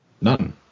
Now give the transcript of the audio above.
None